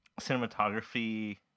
cinematography